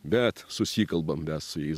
bet susikalbam mes su jais